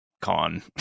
con